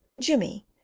Jimmy